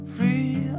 Free